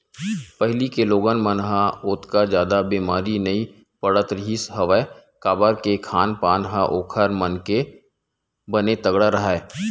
पहिली के लोगन मन ह ओतका जादा बेमारी नइ पड़त रिहिस हवय काबर के खान पान ह ओखर मन के बने तगड़ा राहय